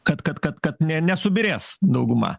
kad kad kad kad ne nesubyrės dauguma